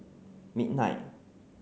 midnight